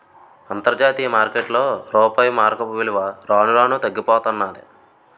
అంతర్జాతీయ మార్కెట్లో రూపాయి మారకపు విలువ రాను రానూ తగ్గిపోతన్నాది